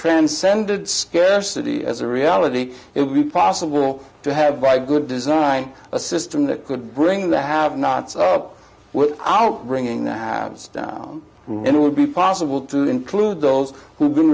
transcended scarcity as a reality it would be possible to have by good design a system that could bring the have nots up with out bringing the halves down and it would be possible to include those who are